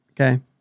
Okay